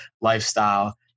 lifestyle